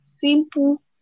simple